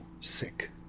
sick